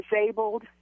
disabled